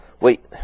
Wait